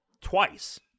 twice